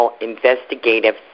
Investigative